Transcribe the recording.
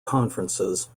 conferences